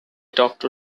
doctor